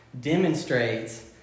demonstrates